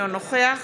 אינו נוכח